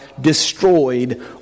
destroyed